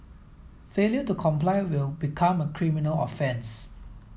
failure to comply will become a criminal offence